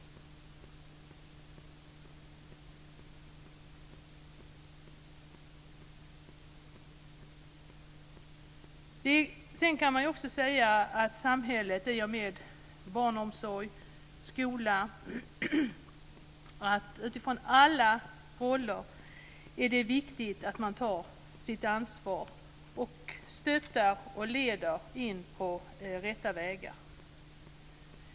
Samhället har ett ansvar i och med barnomsorg och skola. Utifrån alla roller är det viktigt att man tar sitt ansvar, stöttar och leder in på rätta vägar.